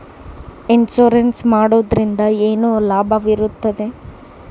Insurance ಮಾಡೋದ್ರಿಂದ ಏನು ಲಾಭವಿರುತ್ತದೆ?